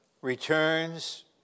returns